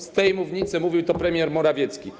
Z tej mównicy mówił to premier Morawiecki.